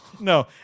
no